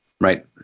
Right